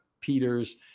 Peters